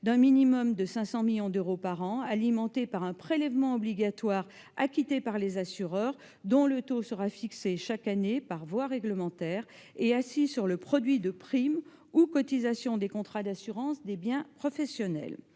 d'un minimum de 500 millions d'euros par an alimenté par un prélèvement obligatoire acquitté par les assureurs, dont le taux sera fixé chaque année par voie réglementaire et assis sur le produit des primes ou cotisations des contrats d'assurance des biens professionnels.